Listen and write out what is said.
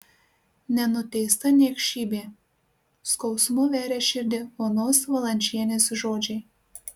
nenuteista niekšybė skausmu veria širdį onos valančienės žodžiai